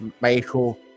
Michael